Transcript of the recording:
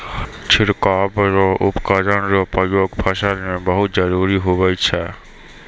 छिड़काव रो उपकरण रो प्रयोग फसल मे बहुत जरुरी हुवै छै